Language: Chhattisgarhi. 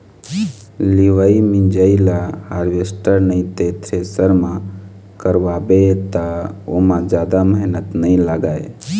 लिवई मिंजई ल हारवेस्टर नइ ते थेरेसर म करवाबे त ओमा जादा मेहनत नइ लागय